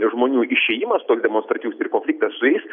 žmonių išėjimas toks demonstratyvus ir konfliktas su jais